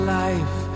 life